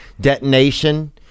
detonation